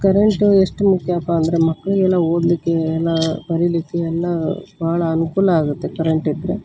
current ಎಷ್ಟು ಮುಖ್ಯ ಅಪ್ಪ ಅಂದರೆ ಮಕ್ಕಳಿಗೆಲ್ಲ ಓದಲಿಕ್ಕೆ ಎಲ್ಲ ಬರೆಯಲಿಕ್ಕೆ ಎಲ್ಲ ಭಾಳ ಅನುಕೂಲ ಆಗುತ್ತೆ ಕರೆಂಟ್ ಇದ್ದರೆ